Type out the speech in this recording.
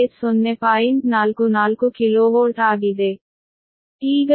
44 KV ಆಗಿದೆ